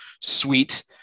sweet